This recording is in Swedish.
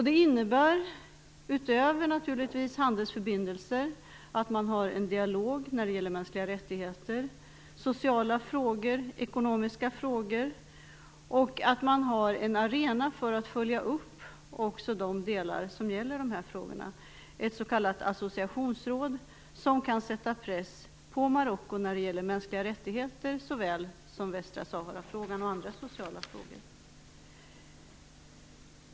Det innebär, utöver handelsförbindelser naturligtvis, att man har en dialog när det gäller mänskliga rättigheter, sociala frågor och ekonomiska frågor. Det innebär också att man har en arena för att följa upp de delar av avtalet som rör sådana frågor, ett s.k. associationsråd som kan sätta press på Marocko såväl i fråga om mänskliga rättigheter och Västsahara som i fråga om andra sociala frågor.